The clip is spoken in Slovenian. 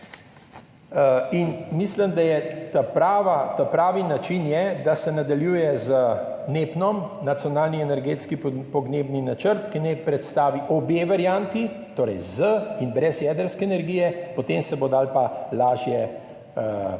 Mislim, da je ta pravi način, da se nadaljuje z NEPN, Nacionalnim energetskim in podnebnim načrtom, ki naj predstavi obe varianti, torej z in brez jedrske energije, potem se bo dalo pa lažje